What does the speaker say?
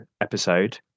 episode